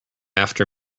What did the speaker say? after